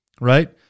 right